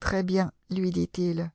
très bien lui dit-il